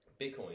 Bitcoin